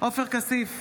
עופר כסיף,